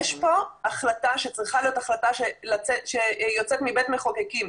זו החלטה שצריכה לצאת מבית המחוקקים.